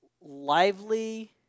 lively